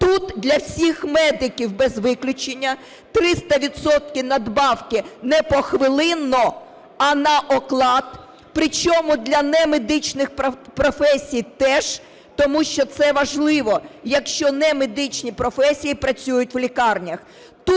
Тут для всіх медиків без виключення 300 відсотків надбавки, не похвилинно, а на оклад, причому для немедичних професій теж, тому що це важливо, якщо немедичні професії працюють в лікарнях.